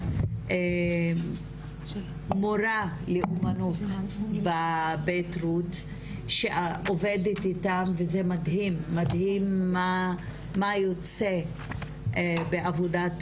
המורה לאמנות בבית רות שעובדת איתם וזה מדהים מה יוצא בעבודת